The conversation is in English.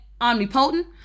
omnipotent